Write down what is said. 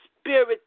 spirit